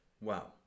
wow